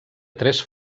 tres